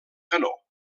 canó